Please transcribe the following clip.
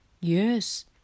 Yes